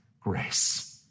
grace